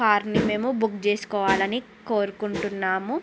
కార్ని మేము బుక్ చేసుకోవాలని కోరుకుంటున్నాము